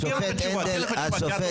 השופט הנדל ביקש לא להתערב.